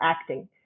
acting